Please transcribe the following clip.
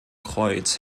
kreuz